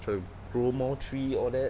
try to grow more tree all that